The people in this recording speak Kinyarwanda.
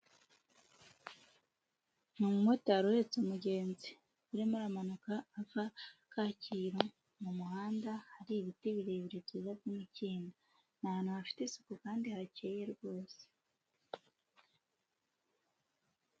Ni umumotari uhetse umugenzi urimo aramanuka ava Kacyiru mu muhanda, hari ibiti birebire byiza by'imikindo, ni ahantu hafite isuku kandi hakeye rwose.